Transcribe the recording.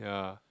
ya